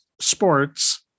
sports